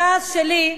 הכעס שלי,